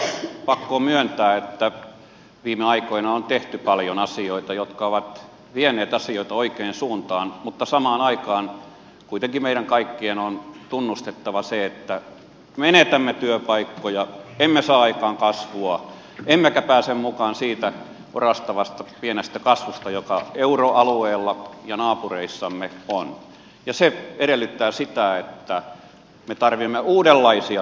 pakko on myöntää että viime aikoina on tehty paljon asioita jotka ovat vieneet asioita oikeaan suuntaan mutta samaan aikaan kuitenkin meidän kaikkien on tunnustettava se että menetämme työpaikkoja emme saa aikaan kasvua emmekä pääse mukaan siihen orastavaan pieneen kasvuun joka euroalueella ja naapureissamme on ja se edellyttää sitä että me tarvitsemme uudenlaisia toimia